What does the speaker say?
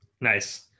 Nice